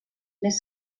més